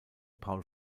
paul